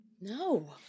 No